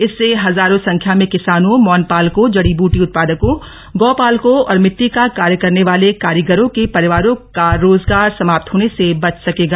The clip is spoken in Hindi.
इससे हजारों संख्या में किसानों मौनपालकों जडी बटी उत्पादकों गौपालकों और मिट्टी का कार्य करने वाले कारीगरों के परिवारों का रोजगार समाप्त होने से बच सकेंगा